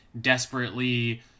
desperately